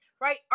right